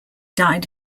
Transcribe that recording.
died